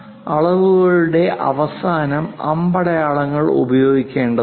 അളവുകളുടെ അവസാനം അമ്പടയാളങ്ങൾ ഉപയോഗിക്കേണ്ടതുണ്ട്